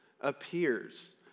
appears